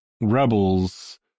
Rebels